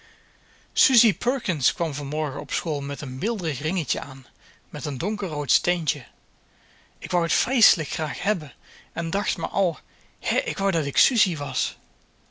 perkins kwam van morgen op school met een beelderig ringetje aan met een donkerrood steentje ik wou het vreeselijk graag hebben en dacht maar al hè k wou dat ik susie was